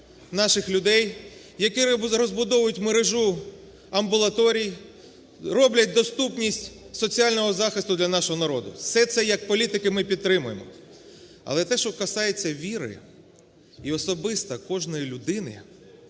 наших людей, які розбудовують мережу амбулаторій, роблять доступність соціального захисту для нашого народу. Все це як політики ми підтримуємо. Але те, що касається віри і особисто кожної людини,